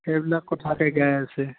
সেইবিলাক কথাকে গাই আছে